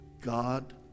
God